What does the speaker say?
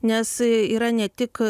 nes yra ne tik